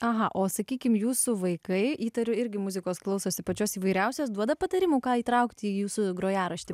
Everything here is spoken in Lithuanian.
aha o sakykime jūsų vaikai įtariu irgi muzikos klausosi pačios įvairiausios duoda patarimų ką įtraukti į jūsų grojaraštį